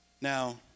Now